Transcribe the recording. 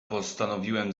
postanowiłem